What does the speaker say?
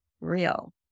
real